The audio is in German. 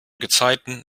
gezeiten